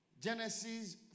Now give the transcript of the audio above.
Genesis